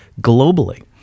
Globally